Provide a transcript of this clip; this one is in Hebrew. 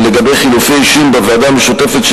לגבי חילופי אישים בוועדה המשותפת של